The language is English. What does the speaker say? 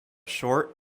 short